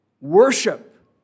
worship